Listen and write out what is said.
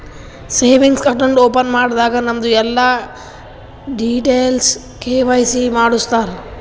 savings account open ಮಾಡಾಗ್ ನಮ್ದು ಎಲ್ಲಾ ಡೀಟೇಲ್ಸ್ ಕೆ.ವೈ.ಸಿ ಮಾಡುಸ್ತಾರ್